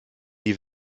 die